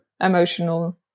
emotional